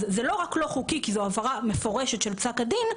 זה לא רק לא חוקי כי זו הפרה מפורשת של פסק הדין,